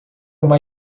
uma